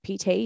pt